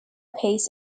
pace